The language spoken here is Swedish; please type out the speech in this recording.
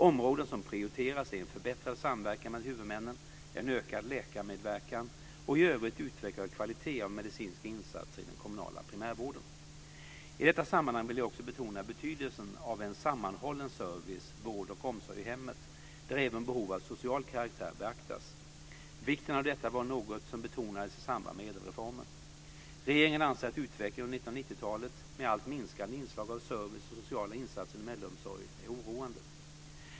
Områden som prioriteras är en förbättrad samverkan mellan huvudmännen, en ökad läkarmedverkan och en i övrigt utvecklad kvalitet av medicinska insatser i den kommunala primärvården. I detta sammanhang vill jag också betona betydelsen av en sammanhållen service, vård och omsorg i hemmet, där även behov av social karaktär beaktas. Vikten av detta var något som betonades i samband med ädelreformen. Regeringen anser att utvecklingen under 1990-talet, med minskande inslag av service och sociala insatser inom äldreomsorgen, är oroande.